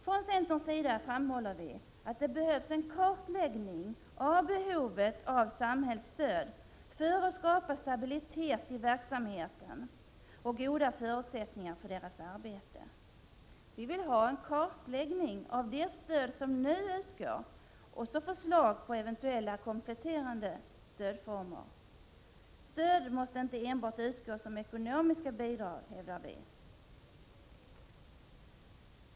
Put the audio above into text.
Centern framhåller också att det behövs en kartläggning av behovet av samhällsstöd för att skapa stabilitet i verksamheten och goda förutsättningar för arbetet. Vi vill ha en kartläggning av det stöd som nu utgår och förslag på eventuella kompletterande stödformer. Stöd måste inte enbart utgå som ekonomiska bidrag, hävdar vi.